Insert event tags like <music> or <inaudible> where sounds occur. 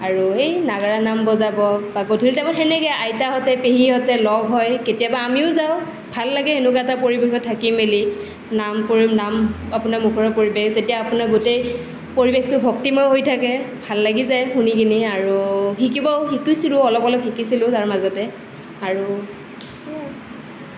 আৰু সেই নাগাৰা নাম বজাব বা গধূলি টাইমত সেনেকেই আইতাহঁতে পেহীহঁতে লগ হয় কেতিয়াবা আমিও যাওঁ ভাল লাগে এনেকুৱা এটা পৰিৱেশত থাকি মেলি নাম <unintelligible> নাম আপোনাৰ নামভৰৰ পৰিৱেশ তেতিয়া আপোনাৰ গোটেই পৰিৱেশটো ভক্তিময় হৈ থাকে ভাল লাগি যায় শুনি কিনি আৰু শিকিবও শিকিছিলোঁ অলপ অলপ শিকিছিলোঁ তাৰ মাজতে আৰু